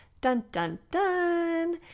dun-dun-dun